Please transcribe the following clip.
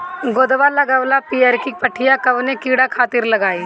गोदवा लगवाल पियरकि पठिया कवने कीड़ा खातिर लगाई?